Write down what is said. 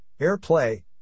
AirPlay